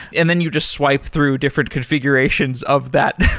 and then you just swipe through different configurations of that,